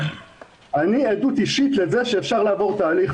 אני עדות אישית לזה שאפשר לעבור תהליך,